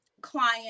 client